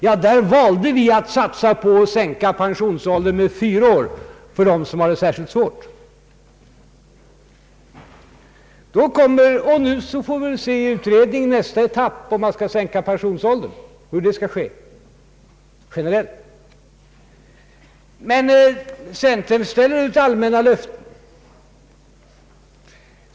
Vi valde att satsa på att sänka pensionsåldern med fyra år för dem som har det särskilt svårt. Sedan får vi som nästa etapp av utredningen se om vi skall sänka pensionsåldern generellt och hur detta i så fall skall ske. Men centern ställer ut allmänna löften.